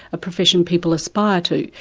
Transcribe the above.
a profession people aspire to.